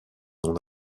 non